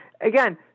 again